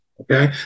okay